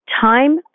Time